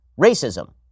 racism